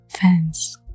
fans